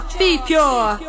be-pure